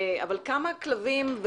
אבל כמה כלבים,